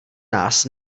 nás